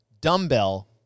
dumbbell